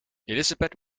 elisabeth